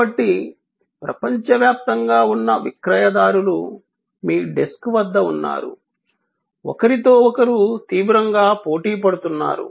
కాబట్టి ప్రపంచవ్యాప్తంగా ఉన్న విక్రయదారులు మీ డెస్క్ వద్ద ఉన్నారు ఒకరితో ఒకరు తీవ్రంగా పోటీ పడుతున్నారు